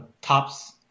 tops